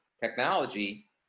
technology